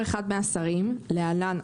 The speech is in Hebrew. הכוונה שזה לא תנאים,